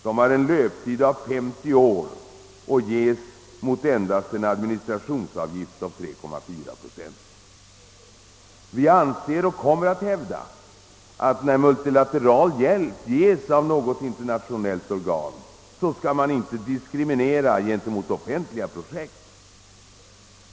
De har en löptid av 50 år och ges mot endast en administrationsavgift om tre fjärdedels procent. Vi anser och kommer att hävda att när multilateral hjälp ges av något internationellt organ skall man inte diskriminera gentemot offentliga projekt.